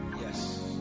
Yes